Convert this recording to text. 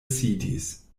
sidis